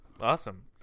Awesome